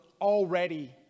already